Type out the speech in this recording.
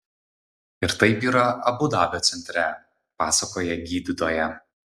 ir taip yra abu dabio centre pasakoja gydytoja